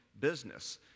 business